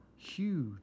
Huge